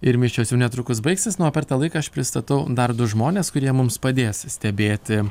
ir mišios jau netrukus baigsis na o per tą laiką aš pristatau dar du žmones kurie mums padės stebėti